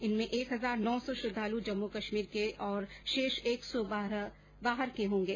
इनमें एक हजार नौ सौ श्रद्वालु जम्मू कश्मीर के और शेष एक सौ बाहर के होंगे